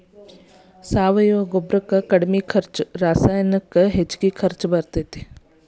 ಸಾವಯುವ ಗೊಬ್ಬರಕ್ಕ ಕಡಮಿ ಖರ್ಚು ರಸಾಯನಿಕಕ್ಕ ಹೆಚಗಿ ರೊಕ್ಕಾ ಬೇಕ